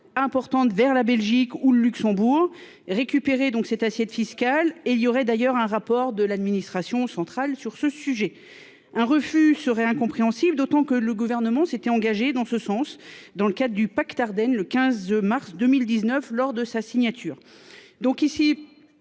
importantes vers la Belgique ou le Luxembourg récupérer donc cette assiette fiscale et il y aurait d'ailleurs un rapport de l'administration centrale sur ce sujet un refus serait incompréhensible, d'autant que le gouvernement s'était engagé dans ce sens dans le cadre du pacte Ardennes le 15 mars 2019 lors de sa signature. Donc ici.